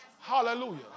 Hallelujah